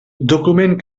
document